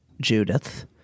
Judith